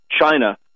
China